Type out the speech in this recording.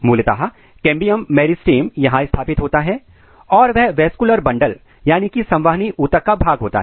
मूलतः cambium meristem यहां स्थापित होता है और वह वैस्कुलर बंडल संवहनी बंडल का भाग होता है